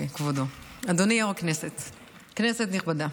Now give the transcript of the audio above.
כנסת נכבדה,